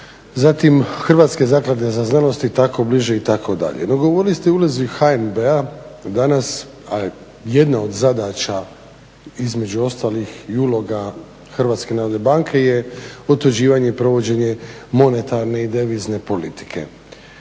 zatim Hrvatske zaklade za znanost i tako bliže i tako dalje. No govorili ste o ulozi HNB-a danas a jedna od zadaća između ostalih i uloga HNB je utvrđivanje i provođenje monetarne i devizne politike.